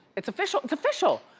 it's official, it's official.